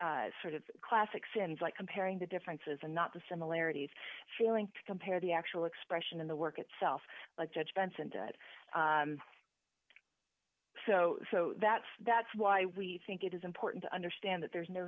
a sort of classic sense like comparing the differences and not the similarities failing to compare the actual expression in the work itself like judge benson to it so that's that's why we think it is important to understand that there's no